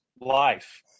life